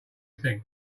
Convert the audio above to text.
think